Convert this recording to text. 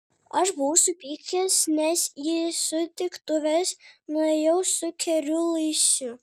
aš buvau supykęs nes į sutiktuves nuėjai su keriu luisu